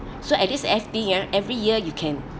so at least F_D ah every year you can